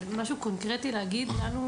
אבל אין לנו